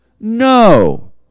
No